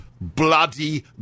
bloody